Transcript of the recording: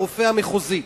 הרופא המחוזי.